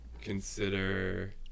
consider